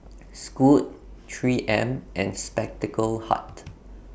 Scoot three M and Spectacle Hut